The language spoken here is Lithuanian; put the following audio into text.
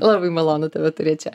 labai malonu tave turėt čia